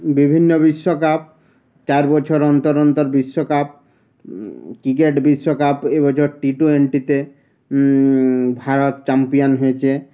বিভিন্ন বিশ্বকাপ চার বছর অন্তর অন্তর বিশ্বকাপ ক্রিকেট বিশ্বকাপ এব বছর টি টোয়েন্টিতে ভারত চাম্পিয়ান হয়েছে